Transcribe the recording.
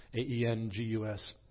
A-E-N-G-U-S